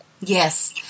Yes